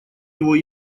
его